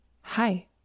hi